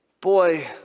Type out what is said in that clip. boy